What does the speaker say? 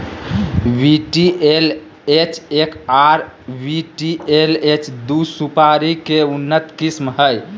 VTLH एक आर VTLH दू सुपारी के उन्नत किस्म हय